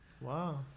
Wow